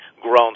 grown